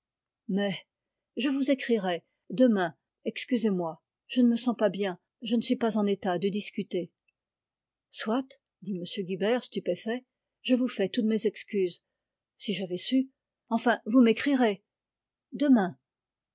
mais je vous écrirai demain excusez-moi je ne me sens pas bien je ne suis pas en état de discuter soit dit m guibert stupéfait je vous fais toutes mes excuses si j'avais su enfin vous m'écrirez demain